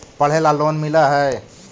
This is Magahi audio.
पढ़े ला लोन मिल है?